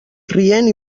rient